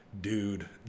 dude